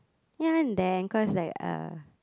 ya there cause like uh